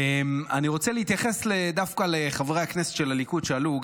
אני רוצה להתייחס דווקא לחברי הכנסת של הליכוד שעלו,